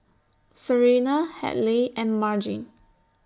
Serena Hadley and Margene